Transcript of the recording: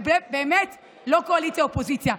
וזה באמת לא קואליציה אופוזיציה,